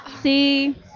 See